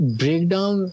breakdown